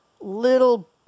little